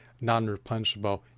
non-replenishable